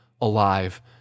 alive